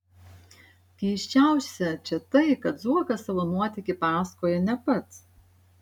keisčiausia čia tai kad zuokas savo nuotykį pasakoja ne pats